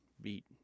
beat